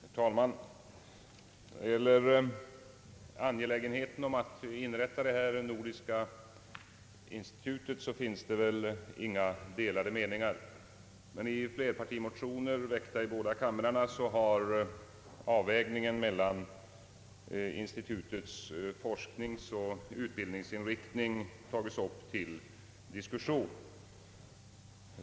Herr talman! I fråga om angelägenheten av att inrätta detta nordiska institut råder väl inga delade meningar. Men i flerpartimotioner, väckta i båda kamrarna, har avvägningen mellan institutets olika forskningsoch utbildningsinriktningar tagits upp till diskussion.